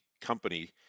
company